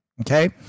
Okay